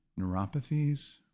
neuropathies